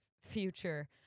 future